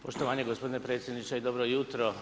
Poštovanje gospodine predsjedniče i dobro jutro.